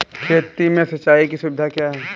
खेती में सिंचाई की सुविधा क्या है?